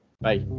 Bye